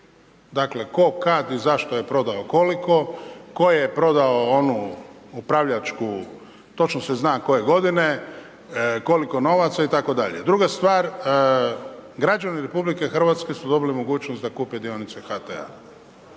Dakle, tko, kad i zašto je prodao i koliko, tko je prodao onu upravljačku, točno se zna koje godine, koliko novaca itd. Druga stvar, građani RH su dobili mogućnost da kupe dionice HT-a